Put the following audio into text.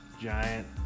giant